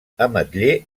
ametller